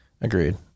Agreed